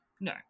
No